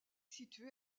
situé